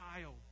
child